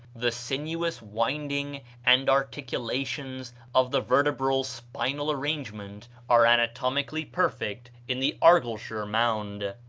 the sinuous winding and articulations of the vertebral spinal arrangement are anatomically perfect in the argyleshire mound.